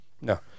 No